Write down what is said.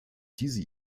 diese